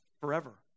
forever